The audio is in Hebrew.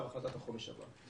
עכשיו החלטת החומש הבאה.